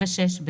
27(ב);"